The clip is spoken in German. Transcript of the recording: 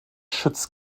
schütz